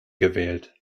gewählt